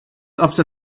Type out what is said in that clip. after